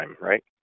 right